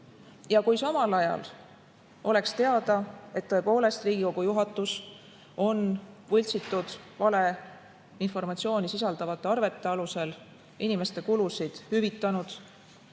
ja kui samal ajal oleks teada, et tõepoolest Riigikogu juhatus on võltsitud, valeinformatsiooni sisaldavate arvete alusel inimeste kulusid hüvitanud,